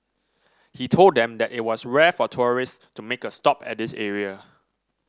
he told them that it was rare for tourists to make a stop at this area